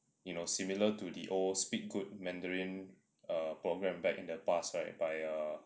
you know similar to the oh speak good mandarin err program back in the past right by err